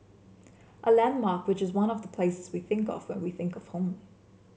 a landmark which is one of the places we think of when we think of home